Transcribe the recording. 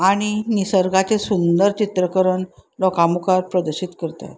आनी निसर्गाचें सुंदर चित्रकरण लोकां मुखार प्रदर्शीत करतात